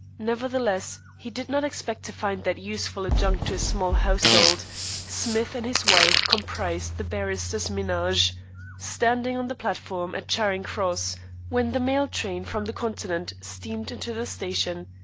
nevertheless, he did not expect to find that useful adjunct to his small household smith and his wife comprised the barrister's menage standing on the platform at charing cross when the mail train from the continent steamed into the station.